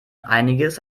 einiges